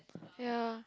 ya